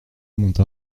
monta